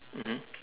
mmhmm